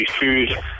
food